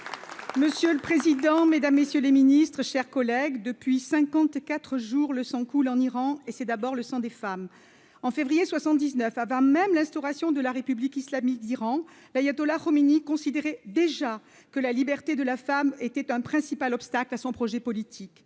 Monsieur le président, Mesdames, messieurs les Ministres, chers collègues depuis 54 jours le sang coule en Iran, et c'est d'abord le sang des femmes en février 79, avant même l'instauration de la République islamique d'Iran, l'ayatollah Khomeiny déjà que la liberté de la femme était un principal obstacle à son projet politique